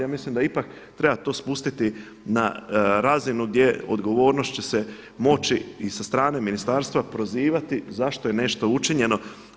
Ja mislim da ipak treba to spustiti na razinu gdje odgovornost će se moći i sa strane ministarstva prozivati zašto je nešto učinjeno.